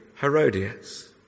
Herodias